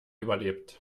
überlebt